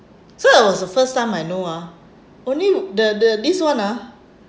so it was the first time I know ah only the the this one ah